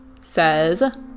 says